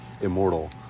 immortal